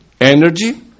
energy